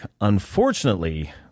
unfortunately